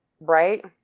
Right